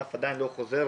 הענף עדיין לא חוזר,